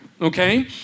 okay